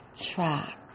track